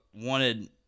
wanted